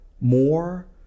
more